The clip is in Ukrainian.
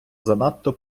занадто